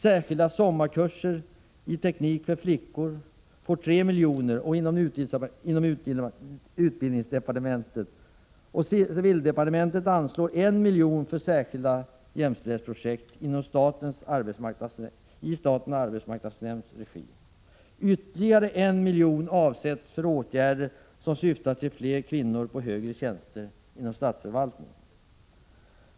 Särskilda sommarkurser i teknik för flickor får 3 milj.kr. inom utbildningsdepartementet, och civildepartementet anslår 1 milj.kr. för särskilda jämställdhetsprojekt i statens arbetsmarknadsnämnds regi. Ytterligare 1 milj.kr. avsätts för åtgärder som syftar till fler kvinnor på högre tjänster inom statsförvaltningen.